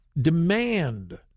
demand